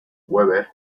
webber